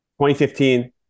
2015